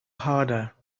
harder